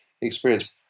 experience